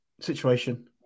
situation